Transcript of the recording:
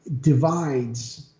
divides